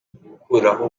gukuraho